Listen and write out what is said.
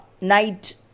night